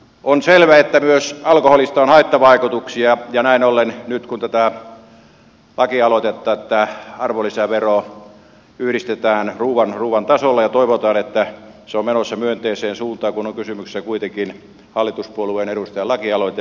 on selvää että myös alkoholista on haittavaikutuksia ja näin ollen toivotaan nyt että tämä lakialoite että arvonlisävero yhdistetään ruuan tasolle on menossa myönteiseen suuntaan kun on kysymyksessä kuitenkin hallituspuolueen edustajan lakialoite